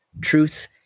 Truth